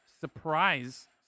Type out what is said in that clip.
surprise